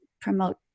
promote